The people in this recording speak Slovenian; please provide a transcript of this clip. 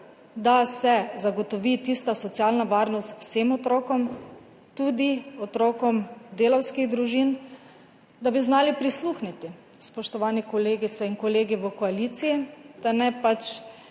da se zagotovi socialna varnost vsem otrokom, tudi otrokom delavskih družin, da bi znali prisluhniti, spoštovani kolegice in kolegi v koaliciji, da